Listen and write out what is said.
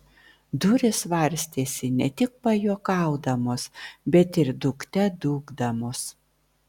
durys varstėsi ne tik pajuokaudamos bet ir dūkte dūkdamos